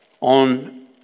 On